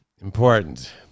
important